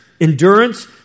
endurance